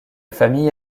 famille